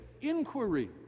Inquiry